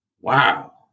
Wow